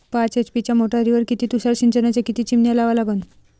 पाच एच.पी च्या मोटारीवर किती तुषार सिंचनाच्या किती चिमन्या लावा लागन?